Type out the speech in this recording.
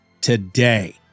today